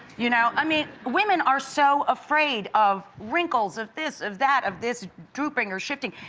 you know i mean women are so afraid of wrinkles, of this, of that, of this drooping or shifting.